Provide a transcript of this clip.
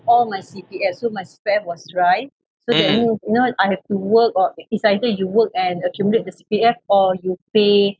all my C_P_F so my spare was right so that you know I have to work or it's either you work and accumulate the C_P_F or you pay